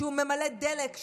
כשהוא ממלא דלק,